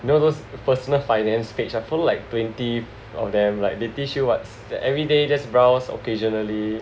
you know those personal finance page I follow like twenty of them like they teach you what's the everyday just browse occasionally